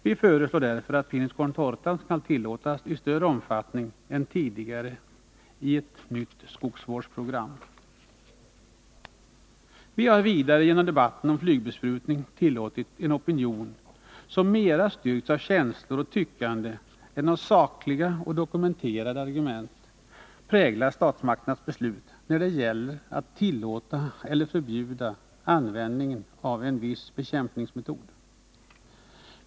Vi föreslår därför att Pinus Contorta skall tillåtas i större omfattning än tidigare i ett nytt skogsvårdsprogram. Vi har vidare genom debatten om flygbesprutning tillåtit en opinion, som mera styrkts av känslor och tyckande än av sakliga och dokumenterade argument, prägla statsmakternas beslut när det gäller att tillåta eller förbjuda ahvändningen av en viss bekämpningsmetod.